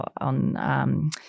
on